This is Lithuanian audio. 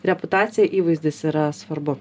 reputacija įvaizdis yra svarbu